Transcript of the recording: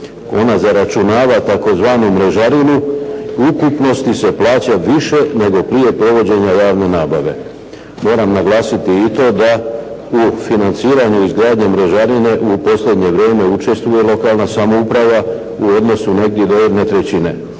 Ona zaračunava tzv. mrežarinu. U ukupnosti se plaća više nego prije provođenja javne nabave. Moram naglasiti i to da u financiranju izgradnje mrežarine u posljednje vrijeme učestvujemo …/Govornik se ne razumije./… uprava u odnosu negdje do jedne trećine.